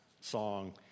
song